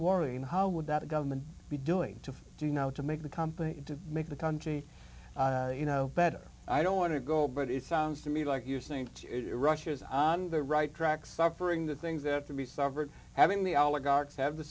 warning how would that government be doing to do now to make the company to make the country you know better i don't want to go but it sounds to me like you're saying russia is on the right track suffering the things that to be sovereign having the oligarchy have the